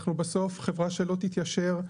אנחנו בסוף חברה שלא תתיישר,